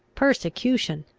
persecution,